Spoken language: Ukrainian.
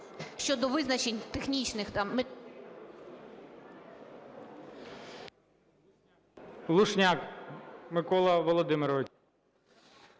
щодо визначень технічних там...